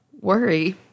worry